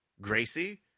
Gracie